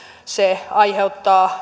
se aiheuttaa